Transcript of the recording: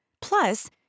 Plus